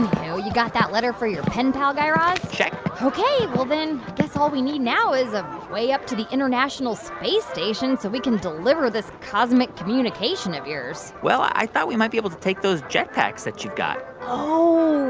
you got that letter for your pen pal, guy raz? check ok. well, then guess all we need now is a way up to the international space station, so we can deliver this cosmic communication of yours well, i thought we might be able to take those jetpacks that you've got oh,